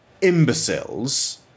imbeciles